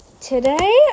today